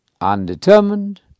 undetermined